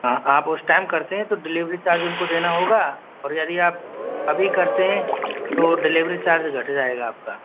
हाँ आप उस टाइम करते हैं तो डिलीवरी चार्ज उनको देना होगा और यदि आप अभी करते हैं तो डिलीवरी चार्ज घट जाएगा आपका